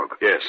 Yes